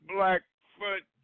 Blackfoot